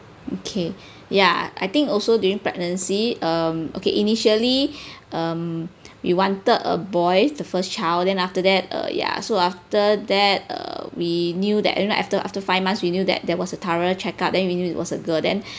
okay ya I think also during pregnancy um okay initially um we wanted a boy the first child then after that uh ya so after that err we knew that you know after after five months we knew that there was a thorough checkup then we knew it was a girl then